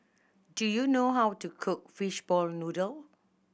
do you know how to cook fishball noodle